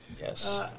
Yes